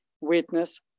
witness